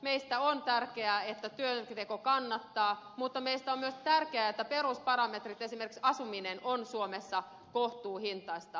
meistä on tärkeää että työnteko kannattaa mutta meistä on myös tärkeää että perusparametrit esimerkiksi asuminen ovat suomessa kohtuuhintaisia